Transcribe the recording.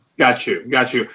got you, got you.